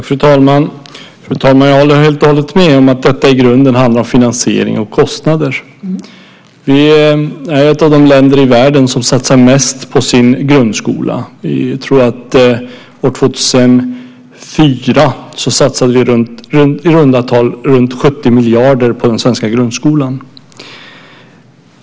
Fru talman! Jag håller helt och hållet med om att detta i grunden handlar om finansiering och kostnader. Sverige är ett av de länder i världen som satsar mest på sin grundskola. Jag tror att vi år 2004 satsade i runda tal 70 miljarder på den svenska grundskolan.